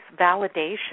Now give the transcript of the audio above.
validation